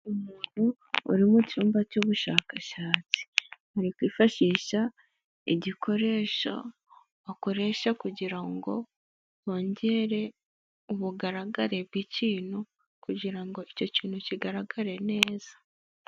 Umuntu uri mu cyumba cy'ubushakashatsi, ari kwifashisha igikoresho bakoresha kugira ngo bongere ubugaragare bw'ikintu, kugira ngo icyo kintu kigaragare neza.